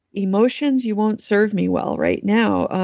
emotions, you won't serve me well right now.